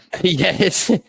Yes